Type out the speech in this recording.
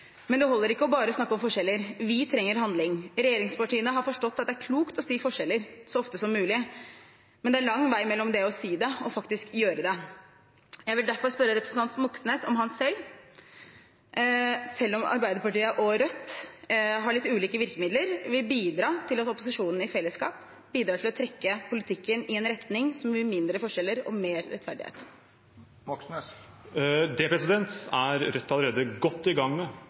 Men det holder ikke å bare snakke om forskjeller. Vi trenger handling. Regjeringspartiene har forstått at det er klokt å si «forskjeller» så ofte som mulig, men det er lang vei mellom det å si det og faktisk gjøre noe. Jeg vil derfor spørre representanten Moxnes om han selv, selv om Arbeiderpartiet og Rødt har litt ulike virkemidler, vil medvirke til at opposisjonen i fellesskap bidrar til å trekke politikken i en retning som vil gi mindre forskjeller og mer rettferdighet. Det er Rødt allerede godt i gang med,